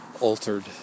altered